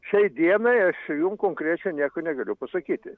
šiai dienai aš jum konkrečiai nieko negaliu pasakyti